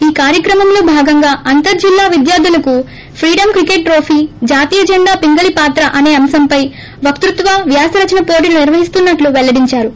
ఈ కార్యక్రమంలో భాగంగా అంతర్ జిల్లా విద్యార్థులకు ప్రీడం క్రికెట్ ట్రోఫీ జాతీయ జెండా పింగళి పాత్ర అసే అంశంపై వక్షత్వవ్యాస రచన పోటీలు నిర్వహిస్తున్నట్లు పెల్లడించారు